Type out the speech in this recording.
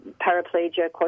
paraplegia